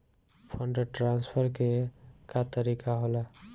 Fund transfer के का तरीका होला?